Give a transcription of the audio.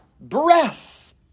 Breath